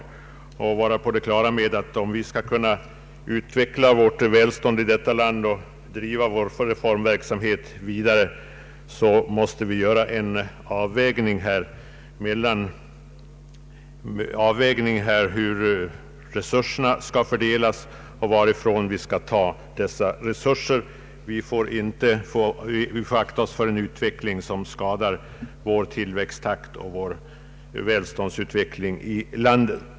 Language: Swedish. Man måste vara på det klara med att vi, om vi skall kunna utveckla vårt välstånd i detta land och driva vår reformverksamhet vidare, måste göra en avvägning av hur resurserna skall fördelas och varifrån de skall tas. Vi får akta oss för en skatteoch kostnadsutveckling, som skadar tillväxttakten och välståndsutvecklingen i vårt land.